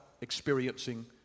experiencing